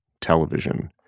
television